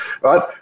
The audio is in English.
right